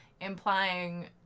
implying